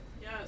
Yes